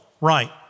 right